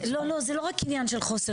לא, זה לא רק עניין של חוסר.